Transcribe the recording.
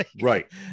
Right